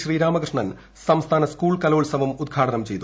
ശ്രീരാമകൃഷ്ണൻ സംസ്ഥാന സ്കൂൾ കലോത്സവം ഉദ്ഘാടനം ചെയ്തു